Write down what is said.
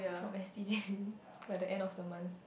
from S_T_B by the end of the month